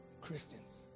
Christians